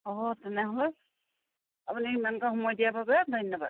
অঁ তেনেহ'লে আপুনি সিমানকৈ সময় দিয়াৰ বাবে ধন্যবাদ